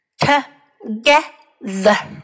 together